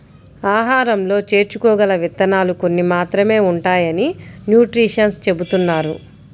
ఆహారంలో చేర్చుకోగల విత్తనాలు కొన్ని మాత్రమే ఉంటాయని న్యూట్రిషన్స్ చెబుతున్నారు